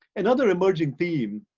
another emerging theme.